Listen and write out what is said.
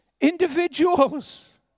individuals